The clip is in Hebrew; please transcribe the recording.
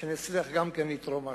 אצליח לתרום משהו.